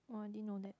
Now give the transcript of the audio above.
oh I didn't know that